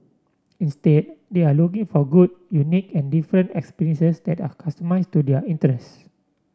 instead they are looking for good unique and different experiences that are customised to their interests